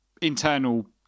internal